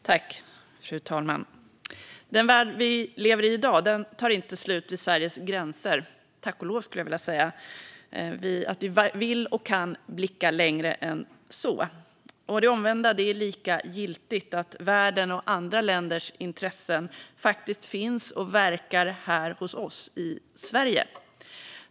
Fru talman! Den värld vi i dag lever i tar inte slut vid Sveriges gränser - tack och lov. Vi vill och kan blicka längre bort än så. Och det omvända är lika giltigt, det vill säga att världen och andra länders intressen faktiskt finns och verkar här hos oss i Sverige.